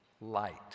light